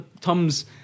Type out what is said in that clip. Tom's